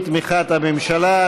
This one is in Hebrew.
בתמיכת הממשלה.